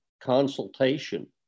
consultation